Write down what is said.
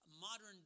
modern